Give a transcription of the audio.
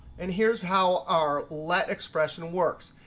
and here's how our let expression works.